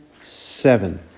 seven